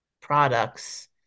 products